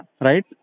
Right